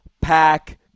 pack